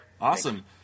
Awesome